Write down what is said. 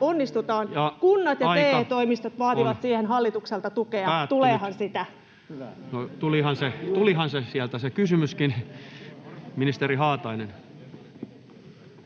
onnistutaan, kunnat ja TE-toimistot vaativat siihen hallitukselta tukea. Tuleehan sitä? No, tulihan se sieltä, se kysymyskin. — Ministeri Haatainen.